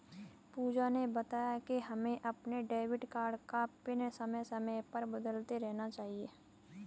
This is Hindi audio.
पूजा ने बताया कि हमें अपने डेबिट कार्ड का पिन समय समय पर बदलते रहना चाहिए